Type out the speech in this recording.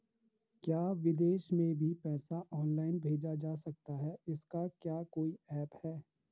क्या विदेश में भी पैसा ऑनलाइन भेजा जा सकता है इसका क्या कोई ऐप है?